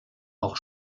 auch